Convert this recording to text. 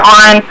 on